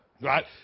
Right